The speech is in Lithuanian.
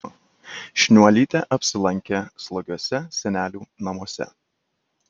šniuolytė apsilankė slogiuose senelių namuose